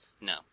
No